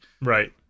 right